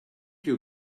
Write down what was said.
your